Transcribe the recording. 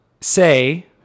say